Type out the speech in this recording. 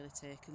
taken